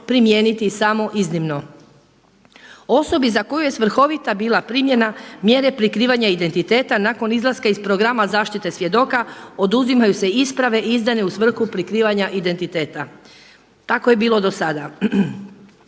primijeniti samo iznimno. Osobi za koju je svrhovita bila primjena mjere prekrivanja identiteta nakon izlaska iz programa zaštite svjedoka oduzimaju se isprave izdane u svrhu prikrivanja identiteta. Tako je bilo dosada.